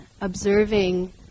observing